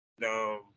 No